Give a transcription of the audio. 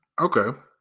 Okay